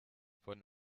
von